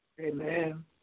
Amen